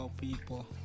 people